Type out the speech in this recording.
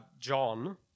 John